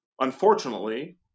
unfortunately